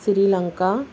Sri Lanka